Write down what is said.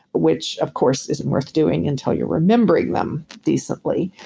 which of course isn't worth doing until you're remembering them decently.